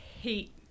hate